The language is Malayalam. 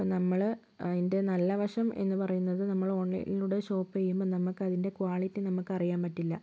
ഇപ്പം നമ്മൾ അതിൻ്റെ നല്ല വശം എന്നു പറയുന്നത് നമ്മൾ ഓൺലൈനിലൂടെ ഷോപ്പ് ചെയ്യുമ്പോൾ നമുക്ക് അതിൻ്റെ ക്വാളിറ്റി നമുക്ക് അറിയാൻ പറ്റില്ല